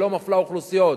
שלא מפלה אוכלוסיות,